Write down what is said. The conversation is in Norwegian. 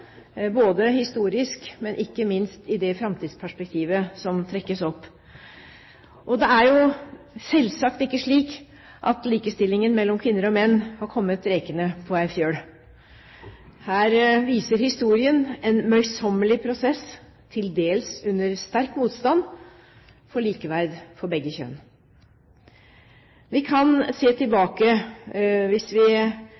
både historisk og – ikke minst – med det framtidsperspektivet som trekkes opp. Det er jo selvsagt ikke slik at likestillingen mellom kvinner og menn har kommet rekende på ei fjøl. Her viser historien en møysommelig prosess, til dels under sterk motstand, for likeverd for begge kjønn. Vi kan se